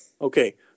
Okay